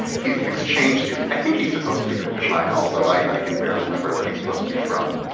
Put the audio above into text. he's an exchange student. i think he's supposed to be from china, although i can barely remember where he's supposed to be from.